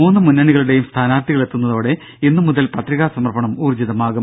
മൂന്ന് മുന്നണികളുടെയും സ്ഥാനാർത്ഥികൾ എത്തുന്നതോടെ ഇന്നുമുതൽ പത്രികാ സമർപ്പണം ഊർജ്ജിതമാകും